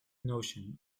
notion